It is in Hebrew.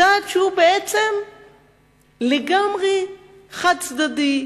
צעד שהוא בעצם לגמרי חד-צדדי,